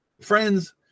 Friends